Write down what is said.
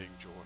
joy